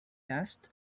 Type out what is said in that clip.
asked